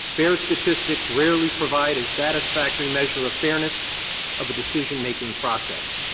bare statistics rarely provide a satisfactory measure of fairness of a decision-making process.